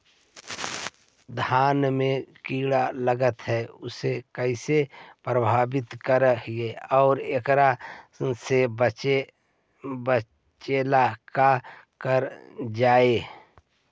धान में कीट लगके उसे कैसे प्रभावित कर हई और एकरा से बचेला का करल जाए?